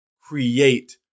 create